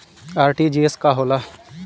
RTGS का होला?